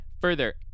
Further